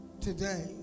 today